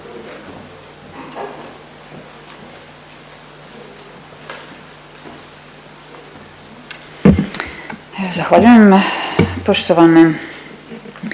Zahvaljujem. Poštovane kolegice